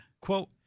Quote